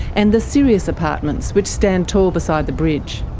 and the sirius apartments, which stand tall beside the bridge.